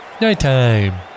Nighttime